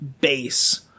base